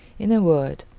in a word,